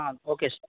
okay sir